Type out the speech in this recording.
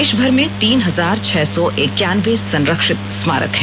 देशभर में तीन हजार छह सौ एकानबे संरक्षित स्माारक हैं